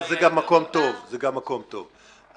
אז אני לא פותח דיון מחדש על שום דבר,